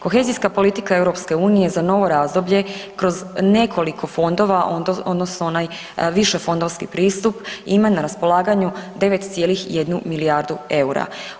Kohezijska politika EU za novo razdoblje kroz nekoliko fondova odnosno onaj više fondovski pristup ima na raspolaganju 9,1 milijardu EUR-a.